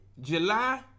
July